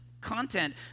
content